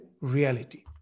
reality